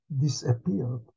disappeared